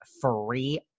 free